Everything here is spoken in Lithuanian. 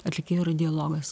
atlikėjo yra dialogas